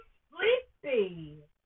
sleepy